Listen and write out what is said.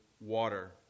water